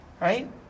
right